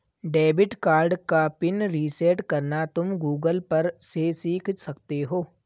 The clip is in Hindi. डेबिट कार्ड का पिन रीसेट करना तुम गूगल पर से सीख सकते हो